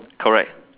correct